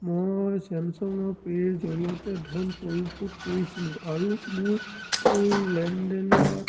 মই ছেমছাং পেৰ জৰিয়তে ধন পৰিশোধ কৰিছিলোঁ আৰু মোৰ লেনদেনৰ